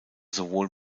sowohl